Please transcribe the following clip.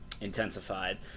intensified